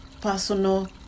personal